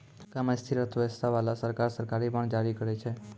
कम स्थिर अर्थव्यवस्था बाला सरकार, सरकारी बांड जारी करै छै